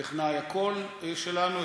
טכנאי הקול שלנו,